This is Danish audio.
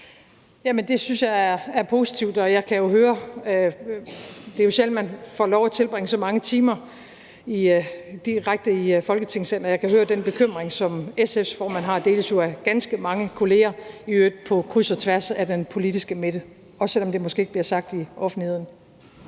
det synes jeg er positivt. Det er jo sjældent, at man får lov at tilbringe så mange timer direkte i Folketingssalen, og jeg kan høre, at den bekymring, som SF's formand har, deles af ganske mange kolleger, i øvrigt på kryds og tværs af den politiske midte – også selv om det måske ikke bliver sagt i offentligheden.